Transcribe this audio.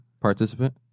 participant